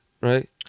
right